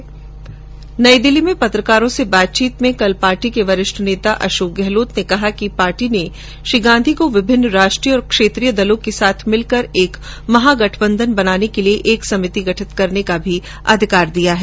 आज नई दिल्ली में पत्रकारों से बातचीत में पार्टी के वरिष्ठ नेता अशोक गहलोत ने कहा कि पार्टी ने श्री गांधी को विभिन्न राष्ट्रीय और क्षेत्रीय दलों के साथ मिलकर एक महागठबंधन बनाने के लिए एकसमिति गठित करने का भी अधिकार दिया है